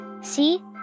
See